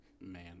man